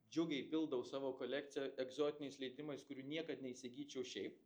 džiugiai pildau savo kolekciją egzotiniais leidimais kurių niekad neįsigyčiau šiaip